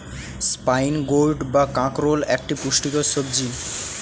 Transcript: spine gourd বা কাঁকরোল একটি পুষ্টিকর সবজি